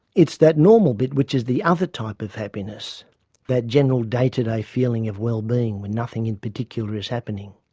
it's that normal bit which is the other type of happiness that general day-to-day feeling of well-being when nothing in particular is happening.